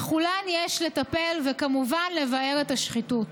בכולן יש לטפל וכמובן לבער את השחיתות.